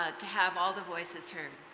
ah to have all the voices heard.